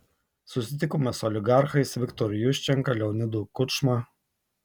susitikome su oligarchais viktoru juščenka leonidu kučma